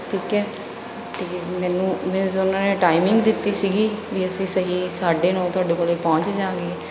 ਠੀਕ ਹੈ ਅਤੇ ਮੈਨੂੰ ਮੀਨਜ਼ ਉਹਨਾਂ ਨੇ ਟਾਈਮਿੰਗ ਦਿੱਤੀ ਸੀਗੀ ਵੀ ਅਸੀਂ ਸਹੀ ਸਾਢੇ ਨੌਂ ਤੁਹਾਡੇ ਕੋਲ ਪਹੁੰਚ ਜਾਂਗੇ